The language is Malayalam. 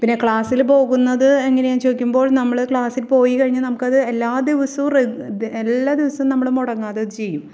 പിന്നെ ക്ലാസിൽ പോകുന്നത് എങ്ങനെ എന്ന് ചോദിക്കുമ്പോൾ നമ്മൾ ക്ലാസിൽ പോയി കഴിഞ്ഞാൽ നമുക്ക് അത് എല്ലാ ദിവസവും എല്ലാ ദിവസവും നമ്മൾ മുടങ്ങാതെ അത് ചെയ്യും